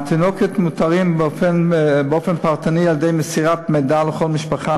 התינוקות מאותרים באופן פרטני על-ידי מסירת מידע לכל משפחה